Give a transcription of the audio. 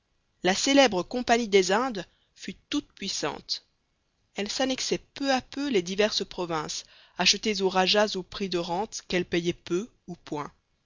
la célèbre compagnie des indes fut toute-puissante elle s'annexait peu à peu les diverses provinces achetées aux rajahs au prix de rentes qu'elle payait peu ou point